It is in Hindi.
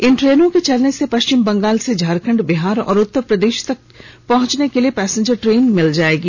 इन ट्रेनों के चलने से पश्चिम बंगाल से झारखंड बिहार और उत्तर प्रदेश तक पहुंचने के लिए पैसेंजर ट्रेन मिल जाएगी